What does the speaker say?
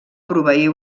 proveir